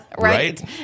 right